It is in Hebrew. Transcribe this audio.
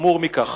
חמור מכך,